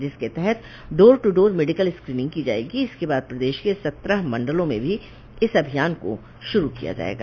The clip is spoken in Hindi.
जिसके तहत door to door medical screening की जायेगी इसके बाद प्रदेश के सत्रह मंडलों में भी इस अभियान को श्रू किया जायेगा